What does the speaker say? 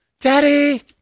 Daddy